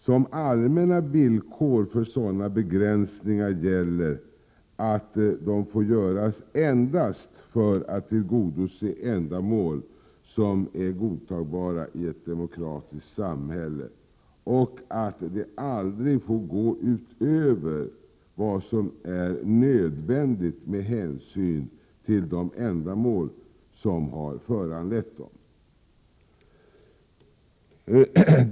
Som allmänna villkor för dylika begränsningar gäller att de får göras endast för att tillgodose ändamål som är godtagbara i ett demokratiskt samhälle och att begränsningarna aldrig får gå utöver vad som är nödvändigt med hänsyn till de ändamål som har föranlett dem.